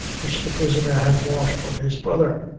which the prisoner had bought from his brother.